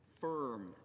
firm